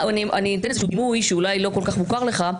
אני אתן איזה שהוא דימוי שאולי לא כל כך מוכר לך,